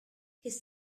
his